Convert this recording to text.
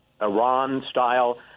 Iran-style